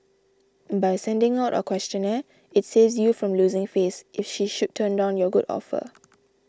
by sending out a questionnaire it saves you from losing face if she should turn down your good offer